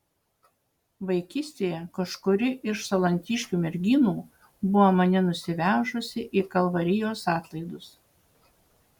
vaikystėje kažkuri iš salantiškių mergių buvo mane nusivežusi į kalvarijos atlaidus